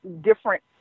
different